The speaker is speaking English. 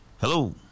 Hello